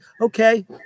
okay